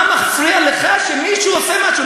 מה מפריע לך שמישהו עושה משהו?